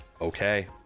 okay